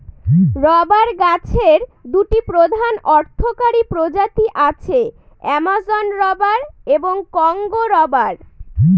rubber গাছের দুটি প্রধান অর্থকরী প্রজাতি আছে, অ্যামাজন রবার এবং কংগো রবার